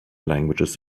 languages